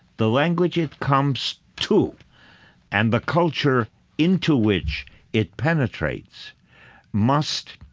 the language it comes to and the culture into which it penetrates must,